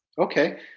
Okay